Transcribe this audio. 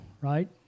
right